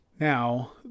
Now